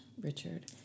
Richard